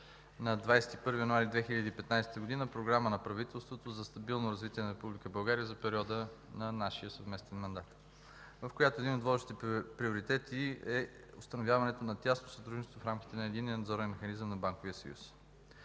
на 21 януари 2015 г. Програма на правителството за стабилно развитие на Република България за периода на нашия съвместен мандат, в която един от водещите приоритети е установяването на тясно сътрудничество в рамките на единен надзорен механизъм на Банковия съюз.